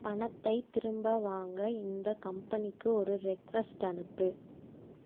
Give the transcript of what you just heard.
பணத்தைத் திரும்ப வாங்க இந்த கம்பெனிக்கு ஒரு ரெக்வஸ்ட் அனுப்பு